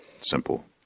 Simple